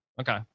Okay